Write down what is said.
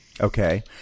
Okay